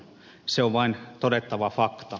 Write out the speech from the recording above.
se on vain todettava fakta